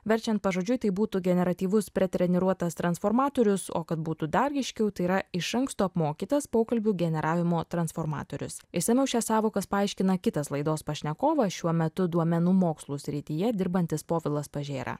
verčiant pažodžiui tai būtų generatyvus pretreniruotas transformatorius o kad būtų dar aiškiau tai yra iš anksto apmokytas pokalbių generavimo transformatorius išsamiau šias sąvokas paaiškina kitas laidos pašnekovas šiuo metu duomenų mokslų srityje dirbantis povilas pažėra